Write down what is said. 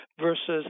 versus